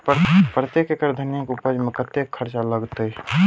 प्रति एकड़ धनिया के उपज में कतेक खर्चा लगते?